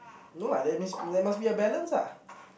no lah there miss there must be a balance ah